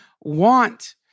want